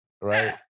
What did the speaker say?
right